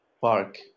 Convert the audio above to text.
park